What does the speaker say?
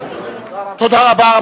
תודה רבה.